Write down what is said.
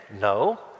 No